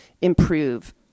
improve